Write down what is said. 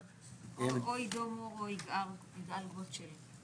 שזו לא תוכנית שנכנסת למגירה בגדר תוכנית תיאורטית,